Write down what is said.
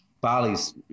Bali's